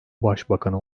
başbakanı